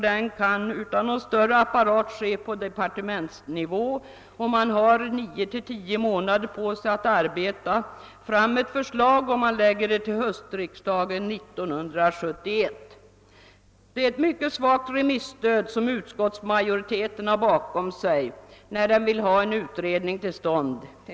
Den kan utan någon större apparat ske på departementsnivå, och man har 9—10 månader på sig att arbeta fram ett förslag om man framlägger det till höstriksdagen 1971. Det är ett mycket svagt remisstöd som utskottsmajoriteten har bakom sig när den begär att en utredning skall komma till stånd.